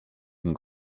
con